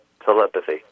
Telepathy